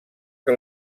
que